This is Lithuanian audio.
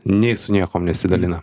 nei su niekuom nesidalina